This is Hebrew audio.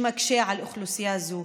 שמקשה על אוכלוסייה זו.